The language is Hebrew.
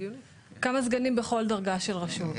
עמה סגנים בכל דרגה של רשות.